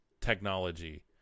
technology